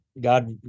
God